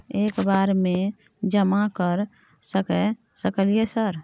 एक बार में जमा कर सके सकलियै सर?